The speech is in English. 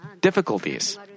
difficulties